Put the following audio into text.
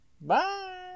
Bye